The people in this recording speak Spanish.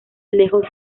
lejos